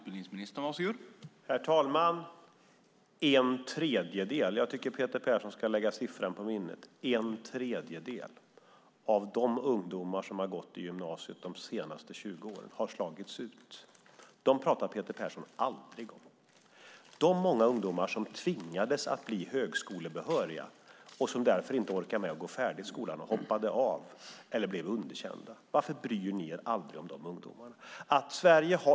Herr talman! En tredjedel - jag tycker att Peter Persson ska lägga siffran på minnet - av de ungdomar som har gått i gymnasiet under de senaste 20 åren har slagits ut. Dem pratar Peter Persson aldrig om. De många ungdomar som tvingades bli högskolebehöriga och därför inte orkade med att gå färdigt skolan hoppade av eller blev underkända. Varför bryr ni er aldrig om de ungdomarna?